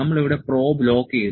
നമ്മൾ ഇവിടെ probe lock ചെയ്തു